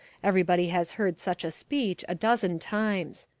everybody has heard such a speech a dozen times.